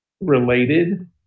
related